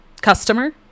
customer